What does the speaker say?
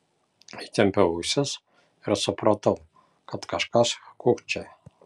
įtempiau ausis ir supratau kad kažkas kūkčioja